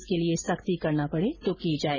इसके लिए सख्ती करनी पडे तो की जाए